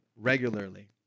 regularly